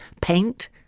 Paint